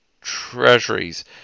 treasuries